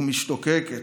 ומשתוקקת,